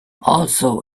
also